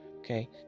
Okay